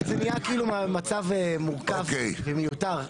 זה נהיה כאילו מצב מורכב ומיותר.